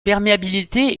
perméabilité